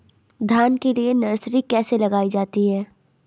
धान के लिए नर्सरी कैसे लगाई जाती है?